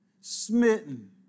smitten